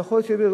ויכול שיהיו.